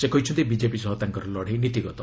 ସେ କହିଛନ୍ତି ବିଜେପି ସହ ତାଙ୍କର ଲଢ଼େଇ ନୀତିଗତ